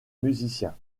musicien